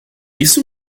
isso